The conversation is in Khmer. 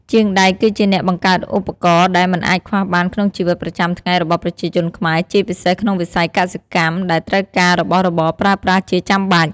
ជាងដែកគឺជាអ្នកបង្កើតឧបករណ៍ដែលមិនអាចខ្វះបានក្នុងជីវិតប្រចាំថ្ងៃរបស់ប្រជាជនខ្មែរ ជាពិសេសក្នុងវិស័យកសិកម្ម ដែលត្រូវការរបស់របរប្រើប្រាស់ជាចាំបាច់។